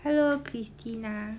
hello christina